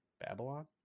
Babylon